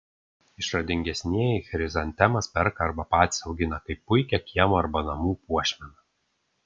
išradingesnieji chrizantemas perka arba patys augina kaip puikią kiemo arba namų puošmeną